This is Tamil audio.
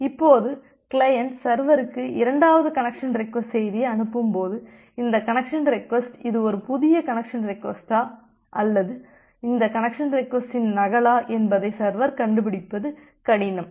இப்போது கிளையன்ட் சர்வருக்கு இரண்டாவது கனெக்சன் ரெக்வஸ்ட் செய்தியை அனுப்பும்போது இந்த கனெக்சன் ரெக்வஸ்ட் இது ஒரு புதிய கனெக்சன் ரெக்வஸ்ட்டா அல்லது இந்த கனெக்சன் ரெக்வஸ்ட்டின் நகலா என்பதை சர்வர் கண்டுபிடிப்பது கடினம்